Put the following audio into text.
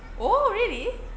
oh really